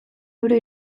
euro